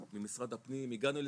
ממשרד הפנים, הגענו לסיכומים,